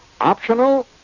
Optional